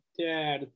dad